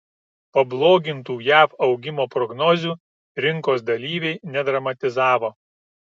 pablogintų jav augimo prognozių rinkos dalyviai nedramatizavo